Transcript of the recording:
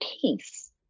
peace